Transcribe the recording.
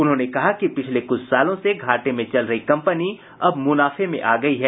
उन्होंने कहा कि पिछले कुछ सालों से घाटे में चल रही कंपनी अब मुनाफे में आ गयी है